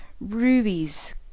rubies